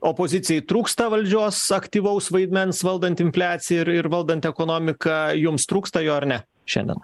opozicijai trūksta valdžios aktyvaus vaidmens valdant infliaciją ir ir valdant ekonomiką jums trūksta jo ar ne šiandien